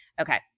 Okay